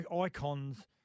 icons